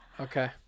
Okay